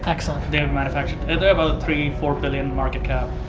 axon. they're the manufacturer. and they're about three, four billion market cap,